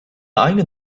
aynı